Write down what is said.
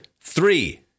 three